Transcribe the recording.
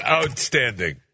outstanding